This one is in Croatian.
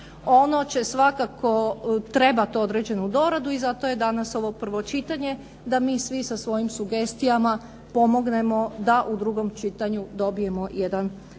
Ono će svakako trebat određenu doradu i zato je danas ovo prvo čitanje da mi svi sa svojim sugestijama pomognemo da u drugom čitanju dobijemo jedan